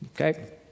Okay